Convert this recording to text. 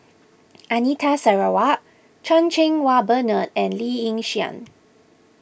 Anita Sarawak Chan Cheng Wah Bernard and Lee Yi Shyan